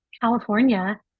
California